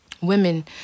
Women